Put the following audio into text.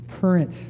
current